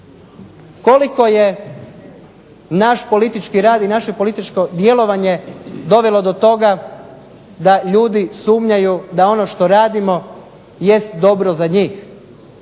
Koliko je naš politički rad i naše političko djelovanje dovelo do toga da ljudi sumnjaju da ono što radimo jest dobro za njih?